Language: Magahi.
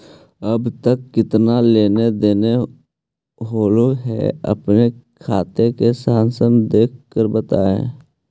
अब तक कितना लेन देन होलो हे अपने खाते का सारांश देख कर बतावा